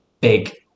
big